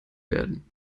werden